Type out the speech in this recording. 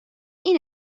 این